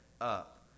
up